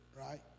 right